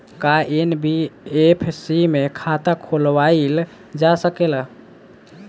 का एन.बी.एफ.सी में खाता खोलवाईल जा सकेला?